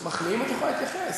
גם כשמחמיאים את יכולה להתייחס.